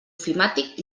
ofimàtic